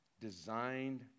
designed